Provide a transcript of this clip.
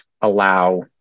allow